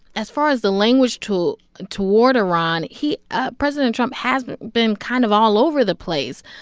as far as the language toward toward iran, he ah president trump has been kind of all over the place.